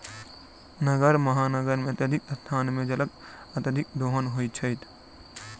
नगर, महानगर इत्यादिक स्थान मे जलक अत्यधिक दोहन होइत अछि